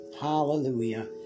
Hallelujah